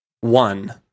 One